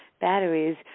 batteries